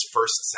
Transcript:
First